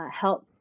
help